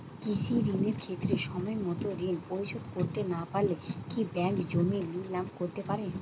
কৃষিঋণের ক্ষেত্রে সময়মত ঋণ পরিশোধ করতে না পারলে কি ব্যাঙ্ক জমি নিলাম করতে পারে?